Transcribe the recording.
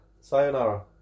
sayonara